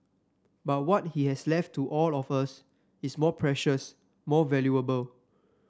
but what he has left to all of us is more precious more valuable